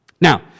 Now